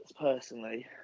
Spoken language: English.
personally